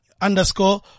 underscore